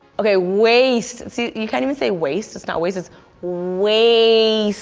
okay waste. see, you can't even say waste. it's not waste, it's waste.